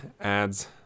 adds